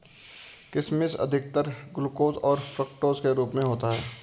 किशमिश अधिकतर ग्लूकोस और फ़्रूक्टोस के रूप में होता है